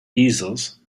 easels